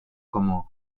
como